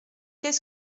qu’est